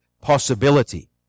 possibility